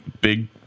big